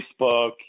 Facebook